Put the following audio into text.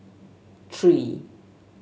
three